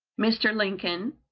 mr. lincoln,